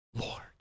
lord